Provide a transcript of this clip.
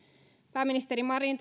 pääministeri marin